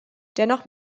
dennoch